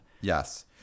Yes